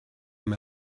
amb